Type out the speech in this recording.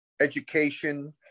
education